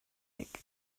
unig